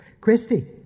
Christy